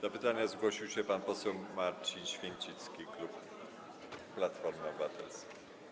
Do pytania zgłosił się pan poseł Marcin Święcicki, klub Platforma Obywatelska.